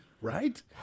Right